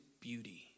beauty